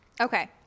Okay